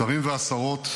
השרים והשרות,